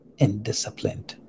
indisciplined